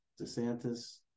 DeSantis